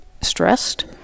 stressed